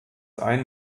einen